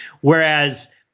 Whereas